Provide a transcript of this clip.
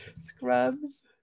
Scrubs